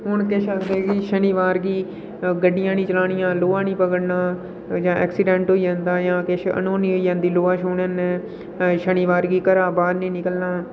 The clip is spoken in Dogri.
हू'न किश आखदे कि शनिवार गी गड्डियां निं चलानियां लोहा निं पगड़ना जां एक्सीडेंट होई जंदा जां किश अनहोनी होई जंदी लोहा छ्होने कन्नै शनिवार गी घरा बाहर निं निकलना